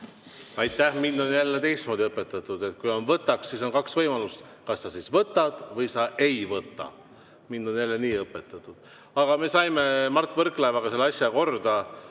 Aitäh! Mind on jälle teistmoodi õpetatud, et kui on "võtaks", siis on kaks võimalust: sa kas võtad või ei võta. Mind on nii õpetatud. Aga me saime Mart Võrklaevaga selle asja korda.